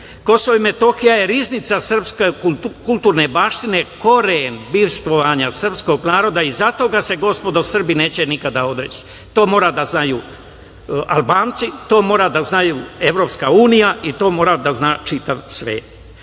Kosovo i Metohija je riznica srpske kulturne baštine, koren bivstvovanje srpskog naroda i zato ga se, gospodo, Srbi neće nikada odreći. To moraju da znaju Albanci, to mora da zna Evropska unija i to mora da zna čitav